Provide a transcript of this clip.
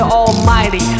almighty